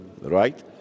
right